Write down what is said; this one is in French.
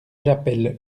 j’appelle